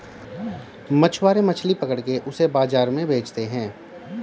मछुआरे मछली पकड़ के उसे बाजार में बेचते है